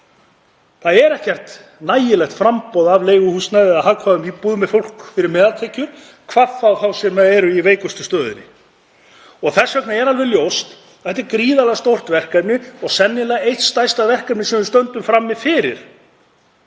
Það er ekki nægilegt framboð af leiguhúsnæði eða hagkvæmum íbúðum fyrir fólk með meðaltekjur, hvað þá þá sem eru í veikustu stöðunni. Þess vegna er alveg ljóst að þetta er gríðarlega stórt verkefni og sennilega eitt stærsta verkefnið sem við stöndum frammi fyrir.